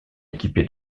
équipé